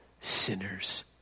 sinners